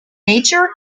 nature